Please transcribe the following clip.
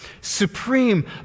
supreme